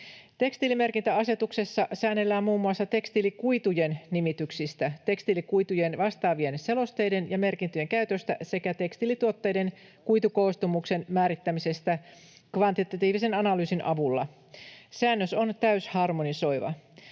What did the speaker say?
Tekstiilimerkintäasetuksessa säännellään muun muassa tekstiilikuitujen nimityksistä, tekstiilikuitujen vastaavien selosteiden ja merkintöjen käytöstä sekä tekstiilituotteiden kuitukoostumuksen määrittämisestä kvantitatiivisen analyysin avulla. Säännös on täysharmonisoiva.